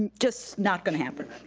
and just not gonna happen.